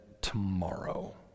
tomorrow